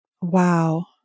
Wow